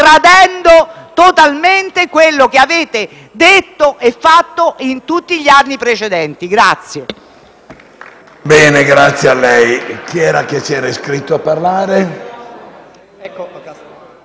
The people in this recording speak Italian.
tradendo totalmente quello che avete detto e fatto in tutti gli anni precedenti.